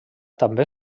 també